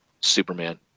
Superman